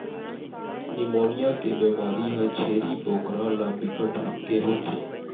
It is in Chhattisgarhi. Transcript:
निमोनिया के बेमारी ह छेरी बोकरा ल बिकट के होथे